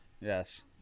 Yes